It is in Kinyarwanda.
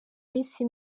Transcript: minsi